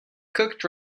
cooked